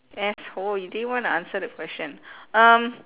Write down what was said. asshole you didn't want to answer the question um